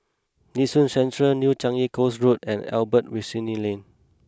Nee Soon Central New Changi Coast Road and Albert Winsemius Lane